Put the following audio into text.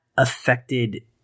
affected